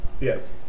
Yes